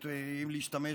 אם להשתמש